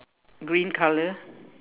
green color